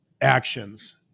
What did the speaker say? actions